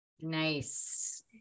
Nice